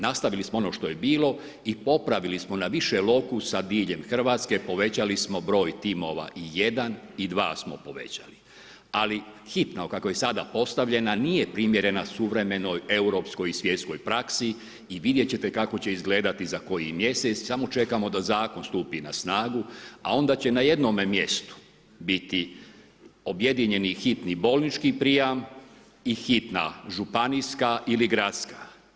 Nastavili smo ono što je bilo i popravili smo na više lokusa diljem Hrvatske, povećali smo broj timova i 1 i 2 smo povećali, ali hitna kako je sada postavljena nije primjerena suvremenoj europskoj i svjetskoj praksi i vidjet ćete kako će izgledati za koji mjesec, samo čekamo da zakon stupi na snagu, a onda će na jednom mjestu biti objedinjeni hitni bolnički prijam i hitna županijska ili gradska.